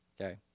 Okay